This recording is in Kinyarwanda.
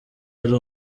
uri